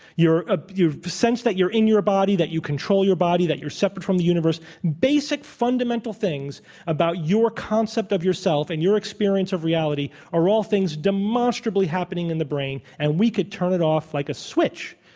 your ah your sense that you're in your body, that you control your body, that you separate from the universe basic fundamental things about your concept of yourself and your experience of reality are all things demonstrably happening in the brain, and we could turn it off like a switch.